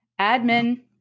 Admin